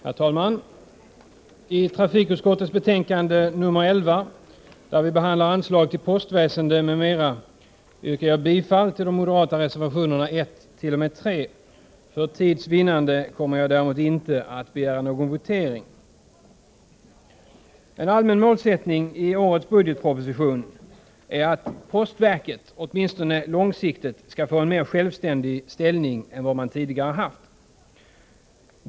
Herr talman! I trafikutskottets betänkande 11, där vi behandlar frågan om anslag till Postväsende m.m., yrkar jag bifall till de moderata reservationerna 1-3. För tids vinnande kommer jag däremot inte att begära votering. En allmän målsättning i årets budgetproposition är att postverket åtminstone långsiktigt skall få en mer självständig ställning än man tidigare har haft.